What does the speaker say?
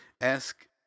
ask